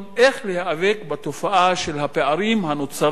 איך להיאבק בתופעה של הפערים הנוצרים,